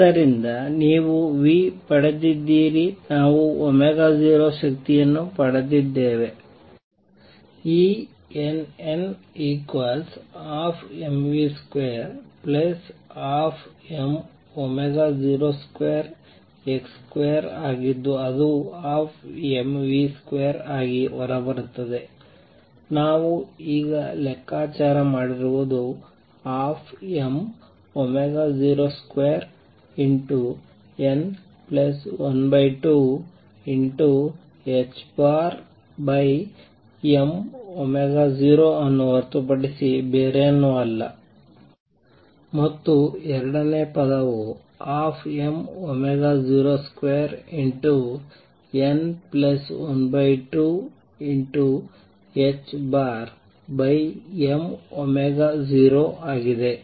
ಆದ್ದರಿಂದ ನೀವು v ಪಡೆದಿದ್ದೀರಿ ನಾವು 0ಶಕ್ತಿಯನ್ನು ಪಡೆದಿದ್ದೇವೆ Enn 12mv212m02x2 ಆಗಿದ್ದು ಅದು 12mv2 ಆಗಿ ಹೊರಬರುತ್ತದೆ ನಾವು ಈಗ ಲೆಕ್ಕಾಚಾರ ಮಾಡಿರುವುದು 12m02n12 m0 ಅನ್ನು ಹೊರತುಪಡಿಸಿ ಬೇರೇನಲ್ಲ ಮತ್ತು ಎರಡನೇ ಪದವು12mω02n12 ℏm0 ಆಗಿದೆ